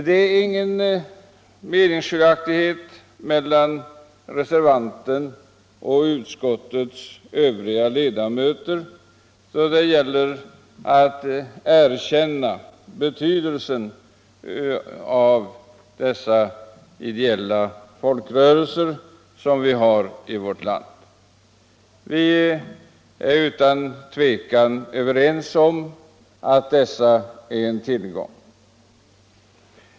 Det råder inga meningsskiljaktigheter mellan reservanten och utskottets övriga ledamöter om betydelsen av de ideella folkrörelser vi har i vårt land. Vi är överens om att dessa är en tillgång.